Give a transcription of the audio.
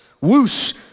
Whoosh